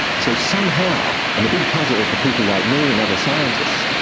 so somehow. and the big puzzle for people like me and other scientists,